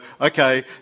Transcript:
okay